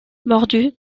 mordu